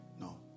No